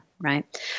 right